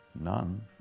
None